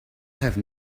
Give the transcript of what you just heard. have